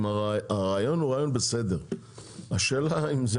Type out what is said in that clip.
הרעיון הוא רעיון בסדר.